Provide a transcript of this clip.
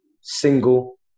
single